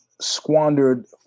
squandered